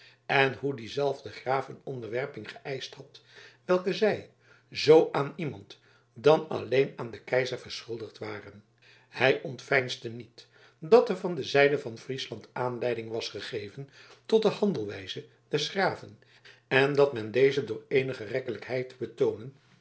en hoe diezelfde graaf een onderwerping geëischt had welke zij zoo aan iemand dan alleen aan den keizer verschuldigd waren hij ontveinsde niet dat er van de zijde van friesland aanleiding was gegeven tot de handelwijze des graven en dat men dezen door eenige rekkelijkheid te betoonen